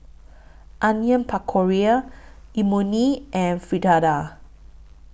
Onion Pakora Imoni and Fritada